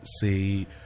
say